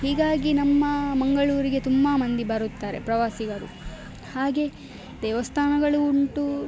ಹೀಗಾಗಿ ನಮ್ಮ ಮಂಗಳೂರಿಗೆ ತುಂಬ ಮಂದಿ ಬರುತ್ತಾರೆ ಪ್ರವಾಸಿಗರು ಹಾಗೇ ದೇವಸ್ಥಾನಗಳು ಉಂಟು